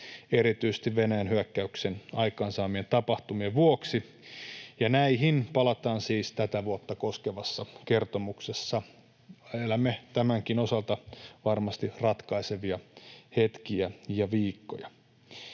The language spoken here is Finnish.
erityisesti Venäjän hyökkäyksen aikaansaamien tapahtumien vuoksi, ja näihin palataan siis tätä vuotta koskevassa kertomuksessa. Elämme tämänkin osalta varmasti ratkaisevia hetkiä ja viikkoja.